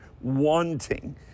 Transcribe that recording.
wanting